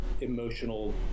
Emotional